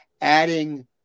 adding